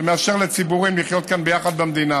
שמאפשר לציבורים לחיות כאן ביחד במדינה